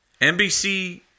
NBC